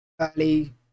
early